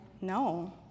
no